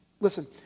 Listen